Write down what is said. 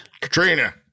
Katrina